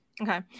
Okay